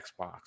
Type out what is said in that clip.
Xbox